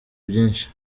byinshi